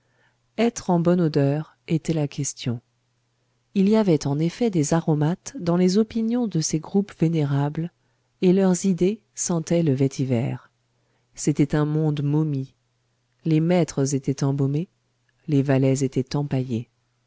être en bonne odeur était la question il y avait en effet des aromates dans les opinions de ces groupes vénérables et leurs idées sentaient le vétyver c'était un monde momie les maîtres étaient embaumés les valets étaient empaillés